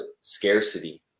scarcity